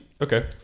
Okay